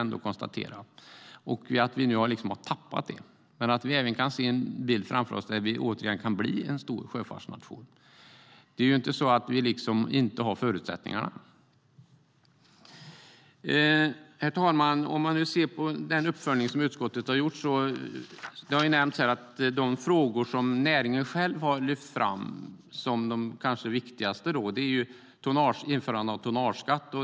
Nu har vi tappat det. Men vi måste också kunna se en bild framför oss av att vi återigen kan bli en stor sjöfartsnation. Vi har ju förutsättningarna. Herr talman! Låt mig titta mer på den uppföljning som utskottet har gjort. En av de frågor som näringen själv har lyft fram som de viktigaste är införande av tonnageskatt.